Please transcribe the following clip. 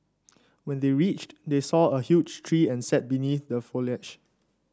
when they reached they saw a huge tree and sat beneath the foliage